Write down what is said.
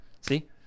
see